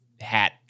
hat